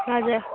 हजुर